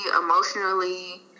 emotionally